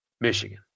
Michigan